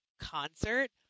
concert